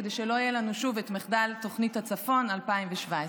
כדי שלא יהיה לנו שוב את מחדל תוכנית הצפון 2017. תודה.